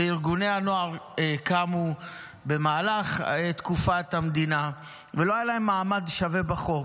וארגוני הנוער קמו במהלך תקופת המדינה ולא היה להם מעמד שווה בחוק.